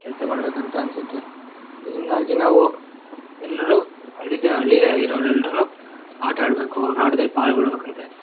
ಕೆಲಸ ಮಾಡಬೇಕಂತ ಅನ್ನಿಸುತ್ತೆ ಅದರಿಂದಾಗಿ ನಾವು ಎಲ್ಲರೂ ಹಳ್ಳಿ ಜ ಹಳ್ಳಿಯಾಗಿರೋರು ಎಲ್ರೂ ಆಟ ಆಡಬೇಕು ಅವರ ಆಟ್ದಲ್ಲಿ ಪಾಲ್ಗೊಳ್ಬೇಕಂತೆ